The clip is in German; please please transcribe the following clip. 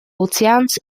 ozeans